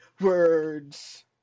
words